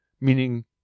meaning